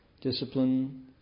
discipline